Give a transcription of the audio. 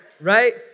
right